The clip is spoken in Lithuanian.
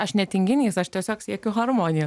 aš ne tinginys aš tiesiog siekiu harmoniją